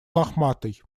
лохматый